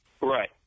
Right